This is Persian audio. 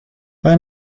آیا